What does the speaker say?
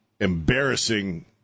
embarrassing